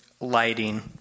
lighting